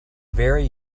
very